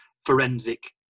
forensic